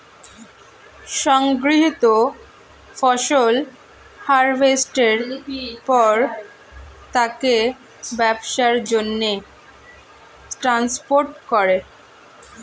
সংগৃহীত ফসল হারভেস্টের পর তাকে ব্যবসার জন্যে ট্রান্সপোর্ট করে